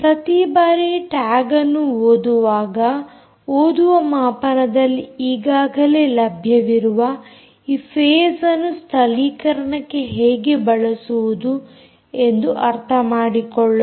ಪ್ರತಿ ಬಾರಿ ಟ್ಯಾಗ್ ಅನ್ನು ಓದುವಾಗ ಓದುವ ಮಾಪನದಲ್ಲಿ ಈಗಾಗಲೇ ಲಭ್ಯವಿರುವ ಈ ಫೇಸ್ಅನ್ನು ಸ್ಥಳೀಕರಣಕ್ಕೆ ಹೇಗೆ ಬಳಸುವುದು ಎಂದು ಅರ್ಥ ಮಾಡಿಕೊಳ್ಳೋಣ